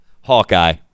Hawkeye